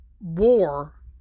war